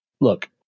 Look